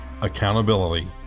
Accountability